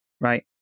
right